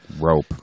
rope